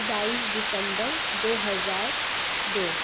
بائیس دسمبر دو ہزار دو